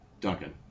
Duncan